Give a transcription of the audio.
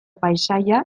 paisaia